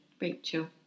Rachel